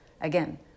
again